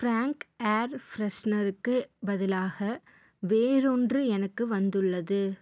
frank air ஃப்ரஷனருக்கு பதிலாக வேறொன்று எனக்கு வந்துள்ளது